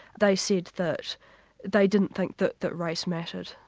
they said that they didn't think that that race mattered,